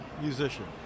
musician